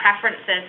preferences